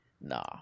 nah